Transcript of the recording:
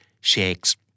shakes